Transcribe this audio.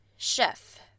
Chef